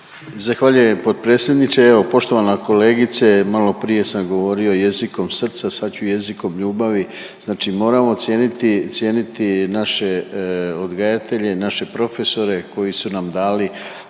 Zahvaljujem potpredsjedniče. Evo poštovana kolegice maloprije sam govorio jezikom srca, sad ću jezikom ljubavi. Znači moramo cijeniti, cijeniti naše odgajatelje, naše profesore koji su nam dali